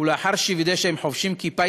ולאחר שווידא שהם חובשים כיפה,